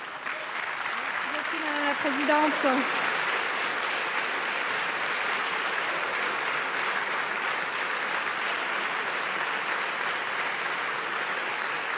merci madame la présidente